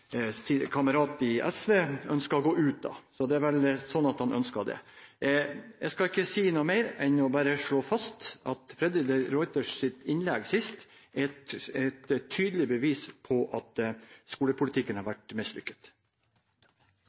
kamerat i SV ønsker å gå ut av. Så det er vel slik at han ønsker det. Jeg skal ikke si noe mer enn bare å slå fast at Freddy de Ruiters siste innlegg er et tydelig bevis på at skolepolitikken har vært mislykket.